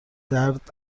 درد